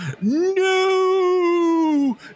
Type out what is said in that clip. no